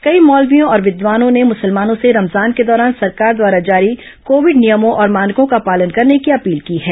कई मौलवियों और विद्वानों ने मुसलमानों से रमजान के दौरान सरकार द्वारा जारी कोविड नियमों और मानकों का पालन करने की अपील की है